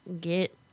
Get